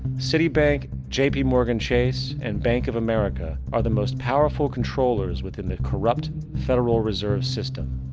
citibank, jp morgan chase, and bank of america are the most powerful controllers within the corrupt federal reserve system.